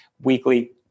weekly –